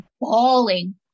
bawling